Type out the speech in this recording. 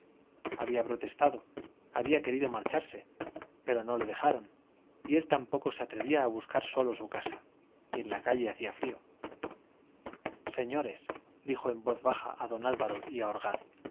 había protestado había querido marcharse pero no le dejaron y él tampoco se atrevía a buscar solo su casa y en la calle hacía frío señores dijo en voz baja a don álvaro y